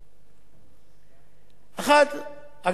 1. הגדלת שיעור הפטור על קצבה מזכה.